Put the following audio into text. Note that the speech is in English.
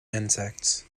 insects